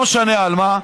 לא משנה על מה,